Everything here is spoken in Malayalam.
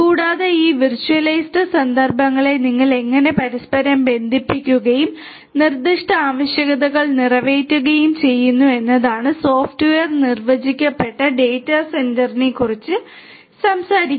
കൂടാതെ ഈ വിർച്ച്വലൈസ്ഡ് സന്ദർഭങ്ങളെ നിങ്ങൾ എങ്ങനെ പരസ്പരം ബന്ധിപ്പിക്കുകയും നിർദ്ദിഷ്ട ആവശ്യകതകൾ നിറവേറ്റുകയും ചെയ്യുന്നു എന്നതാണ് സോഫ്റ്റ്വെയർ നിർവചിക്കപ്പെട്ട ഡാറ്റാ സെന്ററിനെക്കുറിച്ച് സംസാരിക്കുന്നത്